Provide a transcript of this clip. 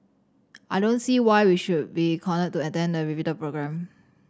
I don't see why we should be cornered to attend the repeated programme